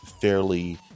fairly